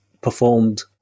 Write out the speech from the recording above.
performed